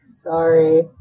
Sorry